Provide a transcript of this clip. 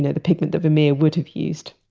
yeah the pigment that vermeer would have used